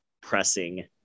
pressing